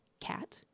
cat